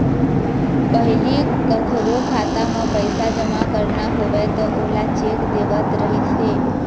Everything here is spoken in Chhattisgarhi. पहिली कखरो खाता म पइसा जमा करना होवय त ओला चेक देवत रहिस हे